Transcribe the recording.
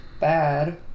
bad